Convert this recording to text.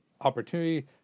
opportunity